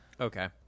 Okay